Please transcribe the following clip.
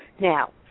now